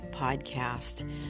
Podcast